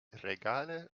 regale